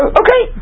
okay